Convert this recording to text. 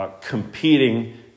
competing